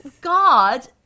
God